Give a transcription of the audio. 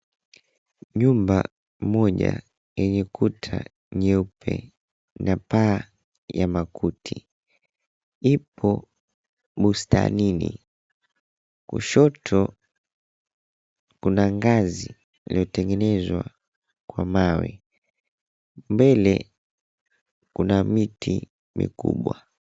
Nyumba moja yenye kuta nyeupe na paa ya makuti, ipo bustanini. Kushoto kuna ngazi iliyotengenezwa kwa mawe, mbele kuna miti mikubwa.